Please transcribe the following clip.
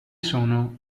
sono